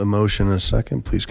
a motion a second please